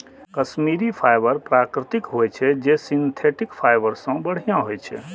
Kashmiri fibre प्राकृतिक होइ छै, जे सिंथेटिक फाइबर सं बढ़िया होइ छै